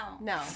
no